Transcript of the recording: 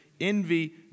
envy